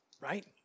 right